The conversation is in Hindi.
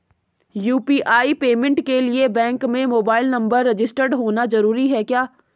यु.पी.आई पेमेंट के लिए बैंक में मोबाइल नंबर रजिस्टर्ड होना जरूरी है क्या?